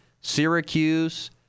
Syracuse